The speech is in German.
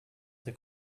der